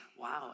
Wow